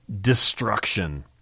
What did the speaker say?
destruction